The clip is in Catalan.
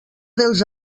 dels